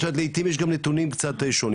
את יודעת לעיתים יש נתונים קצת שונים,